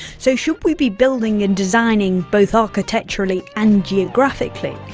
so, should we be building and designing, both architecturally and geographically,